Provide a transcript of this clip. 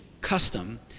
custom